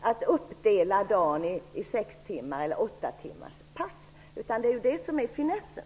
att dela upp dagen i sex eller åttatimmarspass. Det är ju det som är finessen.